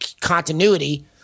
continuity